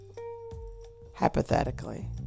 Hypothetically